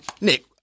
Nick